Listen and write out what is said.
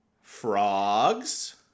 Frogs